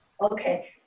okay